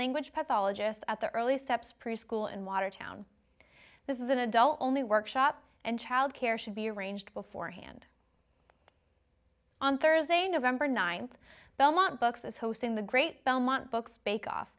language pathologist at the early steps preschool in watertown this is an adult only workshop and child care should be arranged beforehand on thursday nov ninth belmont books is hosting the great belmont books bake off